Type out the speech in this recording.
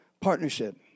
Partnership